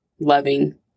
loving